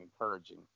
encouraging